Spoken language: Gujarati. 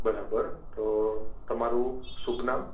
બરાબર તો તમારું શુભ નામ